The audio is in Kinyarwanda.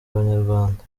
abanyarwanda